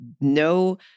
no